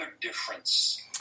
difference